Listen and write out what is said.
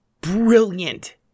brilliant